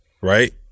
Right